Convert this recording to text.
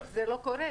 זה לא קורה.